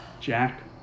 Jack